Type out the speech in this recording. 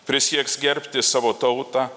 prisieks gerbti savo tautą